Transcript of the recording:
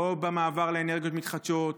לא במעבר לאנרגיות מתחדשות,